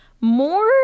more